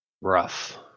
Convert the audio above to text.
rough